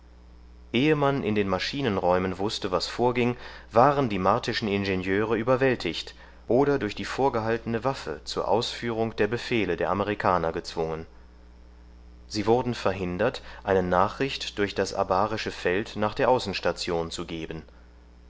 ehe man in den maschinenräumen wußte was vorging waren die martischen ingenieure überwältigt oder durch die vorgehaltene waffe zur ausführung der befehle der amerikaner gezwungen sie wurden verhindert eine nachricht durch das abarische feld nach der außenstation zu geben